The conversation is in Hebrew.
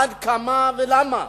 עד כמה ולמה?